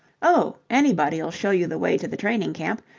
oh, anybody'll show you the way to the training-camp.